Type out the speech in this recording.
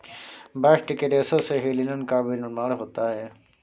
bast के रेशों से ही लिनन का भी निर्माण होता है